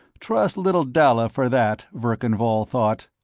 trust little dalla for that, verkan vall thought.